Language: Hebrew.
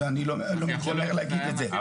זה אני מתיימר להגיד את זה,